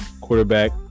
quarterback